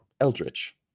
eldritch